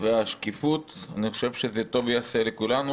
אני חושב שזה יעשה טוב לכולנו.